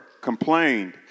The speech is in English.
complained